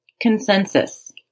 Consensus